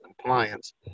compliance